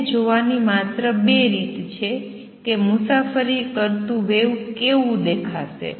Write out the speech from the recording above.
તેને જોવાની માત્ર ૨ રીત છે કે મુસાફરી કરતું વેવ કેવું દેખાશે